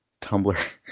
Tumblr